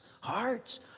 hearts